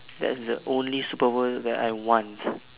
that's the only superpower that I want